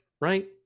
right